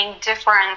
different